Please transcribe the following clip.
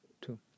two